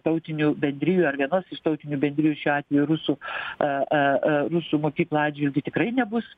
tautinių bendrijų ar vienos iš tautinių bendrijų šiuo atveju rusų a a a rusų mokyklų atžvilgiu tikrai nebus